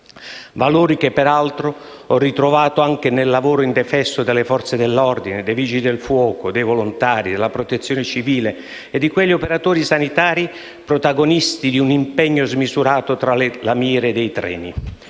valori, peraltro, ho ritrovato anche nel lavoro indefesso delle Forze dell'ordine, dei Vigili del fuoco, dei volontari, della Protezione civile e degli operatori sanitari, protagonisti di un impegno smisurato tra le lamiere dei treni.